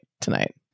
tonight